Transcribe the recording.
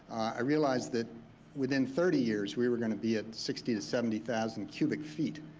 i realized that within thirty years we were gonna be at sixty to seventy thousand cubic feet,